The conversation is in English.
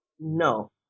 no